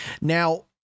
Now